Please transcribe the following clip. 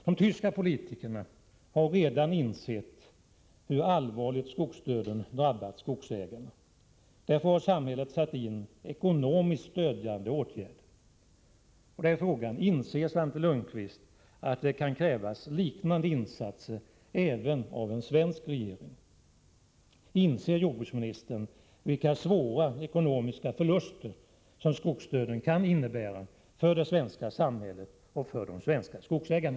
De tyska politikerna har redan insett hur allvarligt skogsdöden drabbat skogsägarna. Därför har samhället satt in ekonomiskt stödjande åtgärder. Inser Svante Lundkvist att det kan krävas liknande insatser även av en svensk regering? Inser jordbruksministern vilka svåra ekonomiska förluster som skogsdöden kan innebära för det svenska samhället och för de svenska skogsägarna?